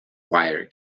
wire